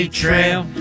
trail